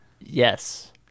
yes